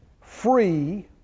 free